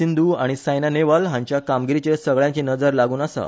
सिंधू आनी सायना नेहवाल हांच्या कामगीरीचेर सगळ्यांची नजर लागुन आसा